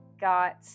got